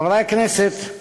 חברי הכנסת,